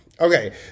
okay